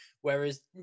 Whereas